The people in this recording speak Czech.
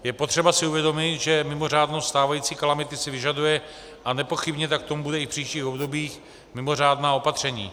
Je si potřeba uvědomit, že mimořádnost stávající kalamity si vyžaduje, a nepochybně tak tomu bude i v příštích obdobích, mimořádná opatření.